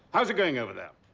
how's it going over there?